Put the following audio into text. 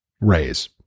raise